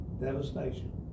devastation